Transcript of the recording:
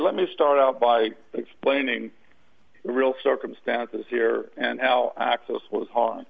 let me start out by explaining the real circumstances here and how access was h